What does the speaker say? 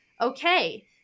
okay